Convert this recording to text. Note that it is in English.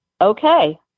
okay